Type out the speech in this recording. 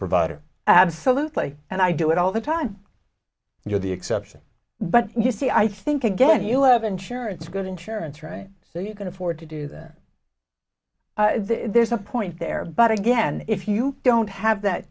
provider absolutely and i do it all the time and you're the exception but you see i think again you have insurance good insurance right so you can afford to do that there's a point there but again if you don't have that